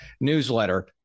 newsletter